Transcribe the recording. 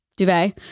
duvet